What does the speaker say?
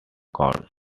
count